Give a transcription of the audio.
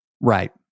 Right